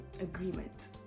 agreement